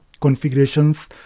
configurations